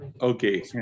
okay